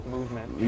Movement